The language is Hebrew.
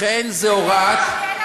הוא יושב בכלא,